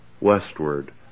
westward